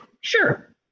Sure